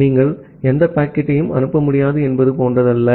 நீங்கள் எந்த பாக்கெட்டையும் அனுப்ப முடியாது என்பது போன்றதல்ல